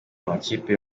amakipe